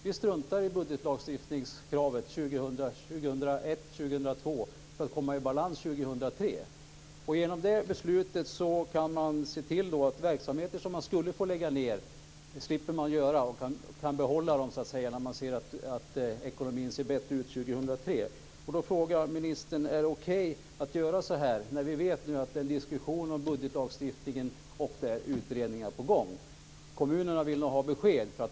Vi struntar i budgetlagstiftningskravet år 2001 och år 2002 för att komma i balans år 2003. Genom det beslutet kan man se till att man slipper lägga ned verksamheter som man skulle få lägga ned. Man kan behålla dem när man ser att ekonomin ser bättre ut år Då frågar jag ministern: Är det okej att göra så när vi vet att det är en diskussion om budgetlagstiftningen och att utredningar är på gång? Kommunerna vill ha besked.